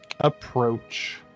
Approach